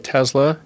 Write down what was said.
Tesla